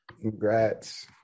Congrats